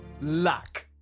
Luck